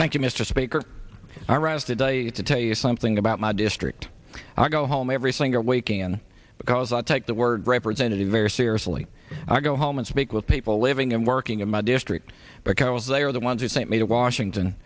thank you mr speaker i arrested a to tell you something about my district i go home every single waking in because i take the word representative very seriously i go home and speak with people living and working in my district because they are the ones who sent me to washington